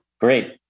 Great